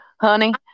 Honey